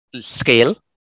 scale